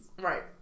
Right